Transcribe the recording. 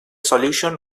solution